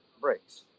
brakes